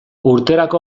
urterako